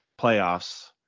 playoffs